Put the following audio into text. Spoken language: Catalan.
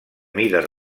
mides